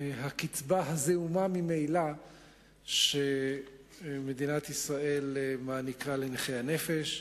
הקצבה הזעומה ממילא שמדינת ישראל מעניקה לנכי הנפש.